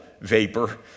vapor